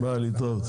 התייחסות חברי